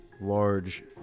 large